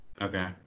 Okay